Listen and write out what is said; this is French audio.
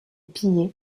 pillé